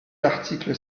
l’article